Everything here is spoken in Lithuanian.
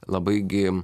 labai gi